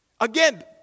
Again